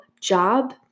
job